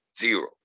zero